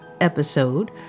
episode